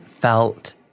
felt